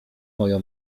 moją